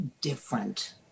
different